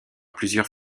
plusieurs